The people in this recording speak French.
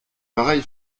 pareil